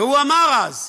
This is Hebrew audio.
והוא אמר אז,